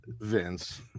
Vince